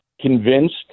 convinced